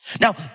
Now